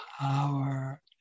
power